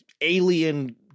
alien